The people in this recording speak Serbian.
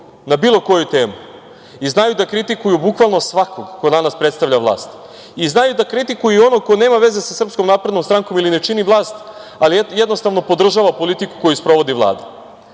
na bilo koju temu i znaju da kritikuju bukvalno svakog ko danas predstavlja vlast i znaju da kritikuju i onog ko nema veze sa SNS i ne čini vlast, ali jednostavno podržava politiku koju sprovodi Vlada.